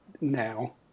now